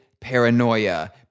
paranoia